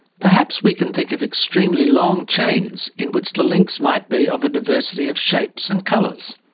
perhaps we can think of extremely long chains in which the links might be of a diversity of shapes and colours.